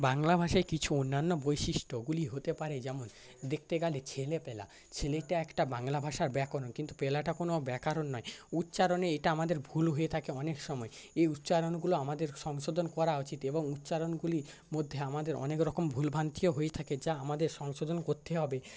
বাংলা ভাষায় কিছু অন্যান্য বৈশিষ্ট্যগুলি হতে পারে যেমন দেখতে গেলে ছেলেপেলা ছেলেটা একটা বাংলা ভাষার ব্যাকরণ কিন্তু পেলাটা কোনো ব্যাকরণ নয় উচ্চারণে এইটা আমাদের ভুল হয়ে থাকে অনেক সময় এই উচ্চারণগুলো আমাদের সংশোধন করা উচিত এবং উচ্চারণগুলির মধ্যে আমাদের অনেকরকম ভুলভ্রান্তিও হয়ে থাকে যা আমাদের সংশোধন করতে হবে